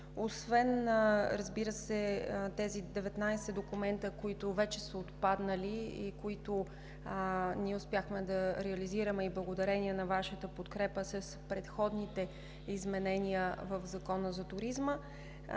освен тези 19 документа, които вече са отпаднали и които ние успяхме да реализираме благодарение на Вашата подкрепа с предходните изменения в Закона за туризма.